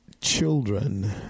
children